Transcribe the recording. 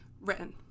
Written